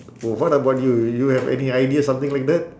wh~ what about you you have any idea something like that